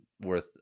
worth